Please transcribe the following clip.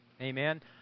Amen